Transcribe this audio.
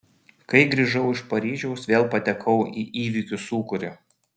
kai grįžau iš paryžiaus vėl patekau į įvykių sūkurį